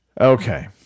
Okay